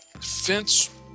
fence